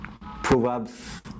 Proverbs